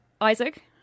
Isaac